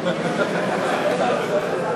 אפשר לחשוב.